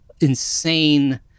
insane